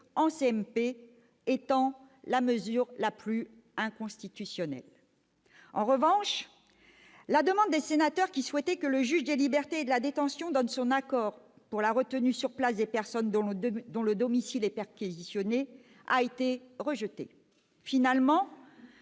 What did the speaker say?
d'ailleurs la mesure la plus inconstitutionnelle du texte. En revanche, la demande des sénateurs, qui souhaitaient que le juge des libertés et de la détention donne son accord pour la retenue sur place des personnes dont le domicile est perquisitionné, a été rejetée. Finalement,